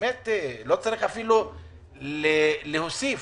לא צריך אפילו להוסיף.